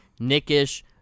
nickish